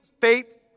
faith